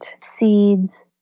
seeds